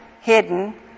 hidden